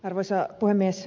arvoisa puhemies